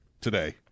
today